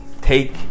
Take